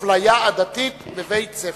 אפליה עדתית בבתי-ספר.